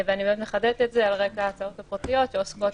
ואני מחדדת את זה על רקע ההצעות הפרטיות שעוסקות